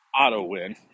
Auto-win